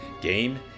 game